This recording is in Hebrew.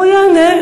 הוא יענה,